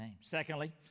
Secondly